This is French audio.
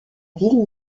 ville